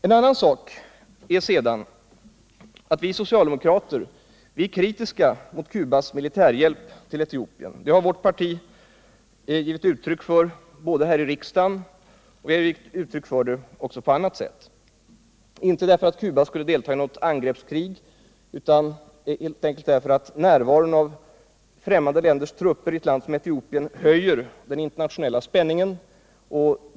En annan sak är sedan att vi socialdemokrater är kritiska mot Cubas militära hjälp till Etiopien. Det har vårt parti klart gett uttryck för i riksdagen och också på annat sätt — inte därför att Cuba skulle delta i något angreppskrig utan helt enkelt därför att närvaro av främmande länders trupper i ett land som Etiopien höjer den internationella spänningen.